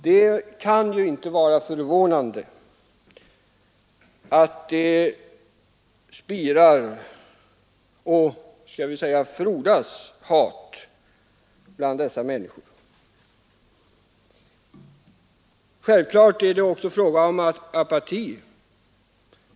Vi kan inte vara förvånade att det spirar och frodas hat bland dessa människor. Självfallet är det också fråga om apati.